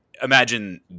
Imagine